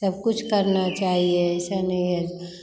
सब कुछ करना चाहिए ऐसा नहीं है